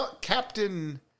Captain